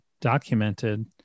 documented